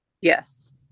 Yes